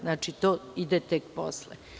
Znači, to ide tek posle.